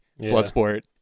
Bloodsport